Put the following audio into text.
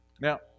Now